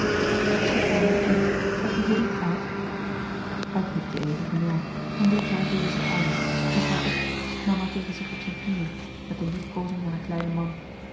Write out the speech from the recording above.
zeg me mijn kind heb je verdriet gehad hij knikte even van ja en drukte haar tegen zich aan hief haar op nam haar tegen zich op zijn knieën met de liefkoozing van een kleinen man